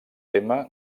tema